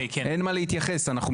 תן לנו לטפל.